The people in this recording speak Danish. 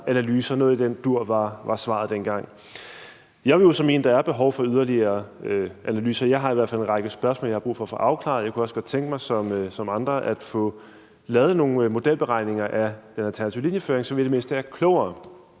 noget i den dur. Jeg vil jo så mene, at der er behov for yderligere analyser. Jeg har i hvert fald et række spørgsmål, jeg har brug for at få afklaret. Jeg kunne som andre også godt tænke mig at få lavet nogle modelberegninger af den alternative linjeføring, så vi i det mindste er klogere.